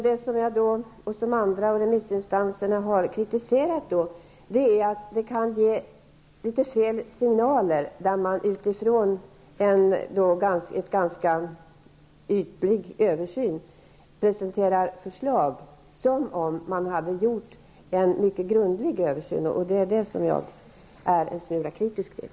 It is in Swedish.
Det som jag och remissinstanserna har kritiserat är att det kan ge litet fel signaler, om man utifrån en ganska ytlig översyn presenterar förslag som om det hade gjorts en mycket grundlig översyn. Det är jag en smula kritisk till.